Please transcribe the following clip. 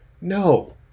No